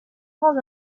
grands